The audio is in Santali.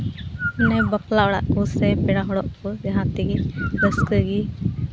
ᱚᱱᱮ ᱵᱟᱯᱞᱟ ᱠᱚᱥᱮ ᱯᱮᱲᱟ ᱦᱚᱲᱚᱜ ᱠᱚ ᱡᱟᱦᱟᱸ ᱛᱮᱜᱮ ᱨᱟᱹᱥᱠᱟᱹ ᱜᱮ